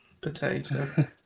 Potato